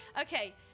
Okay